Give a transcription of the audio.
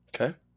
Okay